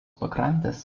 pakrantės